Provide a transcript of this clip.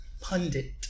pundit